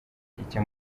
ijya